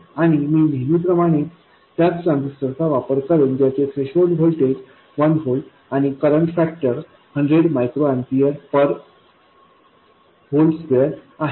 आणि मी नेहमीप्रमाणे त्याच ट्रान्झिस्टरचा वापर करेन ज्याचे थ्रेशोल्ड व्होल्टेज 1 व्होल्ट आणि current factor 100 micro ampere per volt square आहे